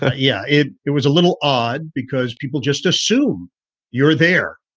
ah yeah, it it was a little odd because people just assume you're there.